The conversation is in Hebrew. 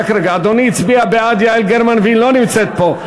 אדוני הצביע בעד כיעל גרמן והיא לא נמצאת פה,